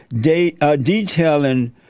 detailing